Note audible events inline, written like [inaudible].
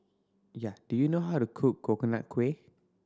[unintelligible] do you know how to cook Coconut Kuih